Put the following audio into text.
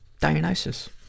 Dionysus